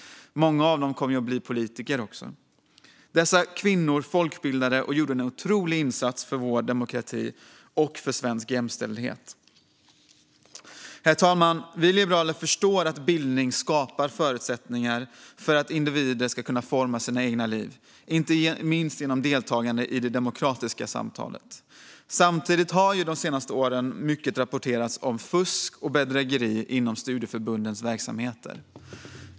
Många av dem kom att bli politiker. Dessa kvinnor folkbildade och gjorde en otrolig insats för vår demokrati och för svensk jämställdhet. Herr talman! Vi liberaler förstår att bildning skapar förutsättningar för individer att forma sitt eget liv, inte minst genom deltagande i det demokratiska samtalet. Samtidigt har det de senaste åren rapporterats om fusk och bedrägeri inom studieförbundens verksamheter.